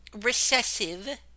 recessive